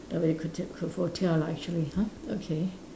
lah actually !huh! okay